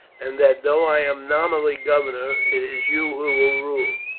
and that though i am nominally governor it is you who will rule.